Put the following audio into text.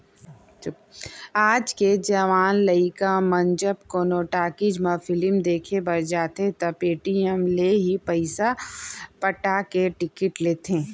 आज के जवान लइका मन जब कोनो टाकिज म फिलिम देखे बर जाथें त पेटीएम ले ही पइसा पटा के टिकिट लेथें